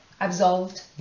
absolved